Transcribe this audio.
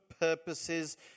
purposes